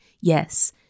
yes